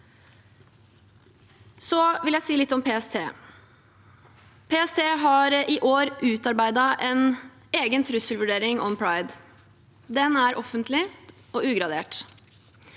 Så vil jeg si litt om PST. PST har i år utarbeidet en egen trusselvurdering om pride. Den er offentlig og ugradert.